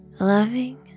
loving